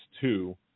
two